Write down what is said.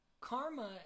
karma